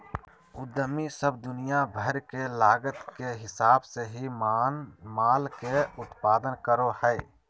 उद्यमी सब दुनिया भर के लागत के हिसाब से ही माल के उत्पादन करो हय